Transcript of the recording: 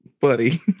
buddy